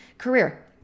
Career